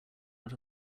out